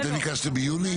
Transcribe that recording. אתם ביקשתם ביוני?